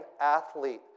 athlete